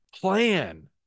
Plan